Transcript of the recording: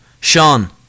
Sean